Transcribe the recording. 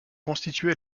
constitué